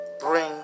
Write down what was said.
bring